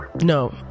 No